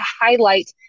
highlight